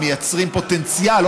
הם מייצרים פוטנציאל,